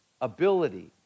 ability